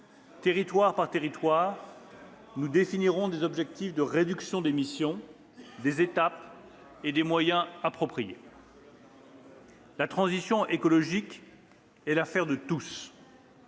territoire par territoire, nous définirons des objectifs de réduction d'émissions, des étapes et des moyens appropriés. « La transition écologique est l'affaire de tous.